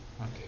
Okay